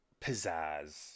pizzazz